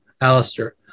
Alistair